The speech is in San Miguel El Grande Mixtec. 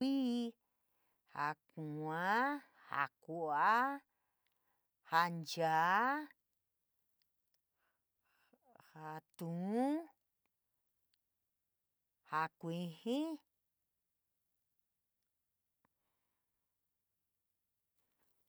Jaa kui, jaa kuaa, jaa kuuá, jaa nchaa, yaa tuun, jaa kuijii.